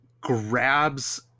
grabs